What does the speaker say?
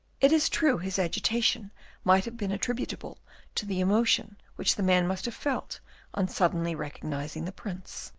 it is true his agitation might have been attributable to the emotion which the man must have felt on suddenly recognising the prince.